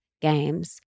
games